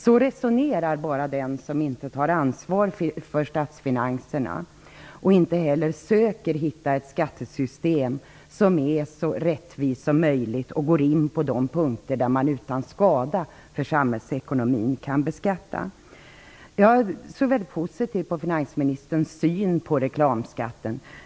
Så resonerar bara den som inte tar ansvar för statsfinanserna och inte heller söker hitta ett skattesystem som är så rättvist som möjligt och går in på de punkter där man utan skada för samhällsekonomin kan beskatta. Jag är positiv till finansministerns syn på reklamskatten.